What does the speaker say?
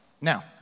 Now